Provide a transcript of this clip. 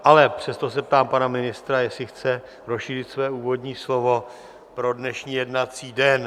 Ale přesto se ptám pana ministra, jestli chce rozšířit svoje úvodní slovo pro dnešní jednací den.